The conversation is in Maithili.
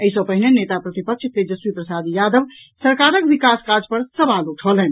एहि सॅ पहिने नेता प्रतिपक्ष तेजस्वी प्रसाद यादव सरकारक विकास काज पर सवाल उठौलनि